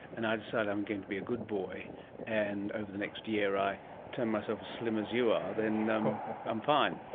and i decided i'm going to be a good boy and over the next year i turn myself as slim as you are, then i'm fine.